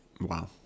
Wow